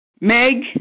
Meg